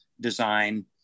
design